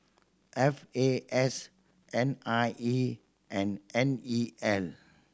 F A S N I E and N E L